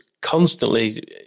constantly